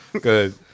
good